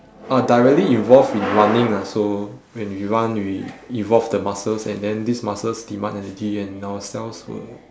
are directly involved in running lah so when we run we evolve the muscles and then these muscles demand energy and our cells will